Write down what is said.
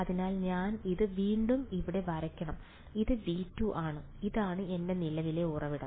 അതിനാൽ ഞാൻ ഇത് വീണ്ടും ഇവിടെ വരയ്ക്കണം ഇത് V2 ആണ് ഇതാണ് എന്റെ നിലവിലെ ഉറവിടം